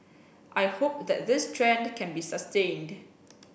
I hope that this trend can be sustained